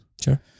sure